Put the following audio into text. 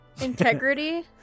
Integrity